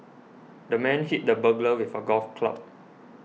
the man hit the burglar with a golf club